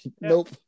nope